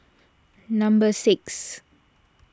number six